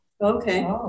Okay